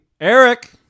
Eric